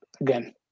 again